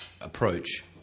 approach